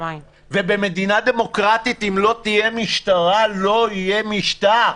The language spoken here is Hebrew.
ובמדינה דמוקרטית אם לא תהיה משטרה לא יהיה משטר.